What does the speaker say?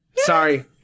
sorry